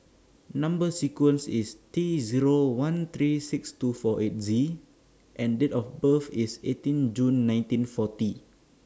Number sequence IS T Zero one three six two four eight Z and Date of birth IS eighteen June nineteen forty